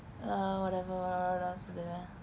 uh whatever what else do they wear